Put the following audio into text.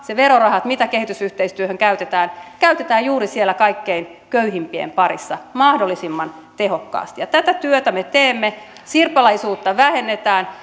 se veroraha mitä kehitysyhteistyöhön käytetään käytetään juuri siellä kaikkein köyhimpien parissa mahdollisimman tehokkaasti tätä työtä me teemme sirpaleisuutta vähennetään